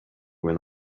when